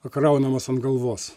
pakraunamos ant galvos